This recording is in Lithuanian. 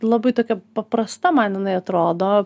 labai tokia paprasta man jinai atrodo